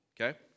okay